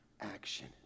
action